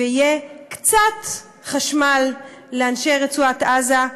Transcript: ויהיה קצת חשמל לאנשי רצועת עזה,